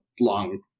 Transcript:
long